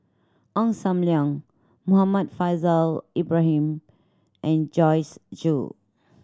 Ong Sam Leong Muhammad Faishal Ibrahim and Joyce Jue